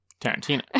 Tarantino